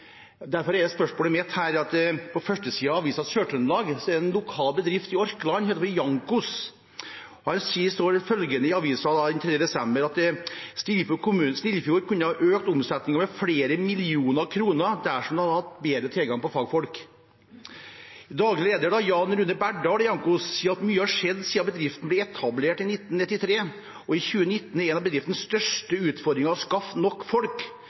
lokal bedrift som heter Jankos, kunne ha økt omsetningen med flere millioner kroner i Snillfjord dersom de hadde hatt bedre tilgang på fagfolk. Daglig leder Jan Rune Berdal i Jankos sier: «Mye har skjedd siden bedriften ble etablert i 1993. I 2019 er en av bedriftens største utfordringer å skaffe nok folk